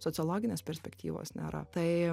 sociologinės perspektyvos nėra tai